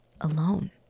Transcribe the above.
alone